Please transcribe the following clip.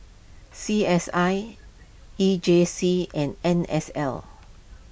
C S I E J C and N S L